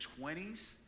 20s